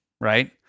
right